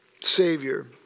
Savior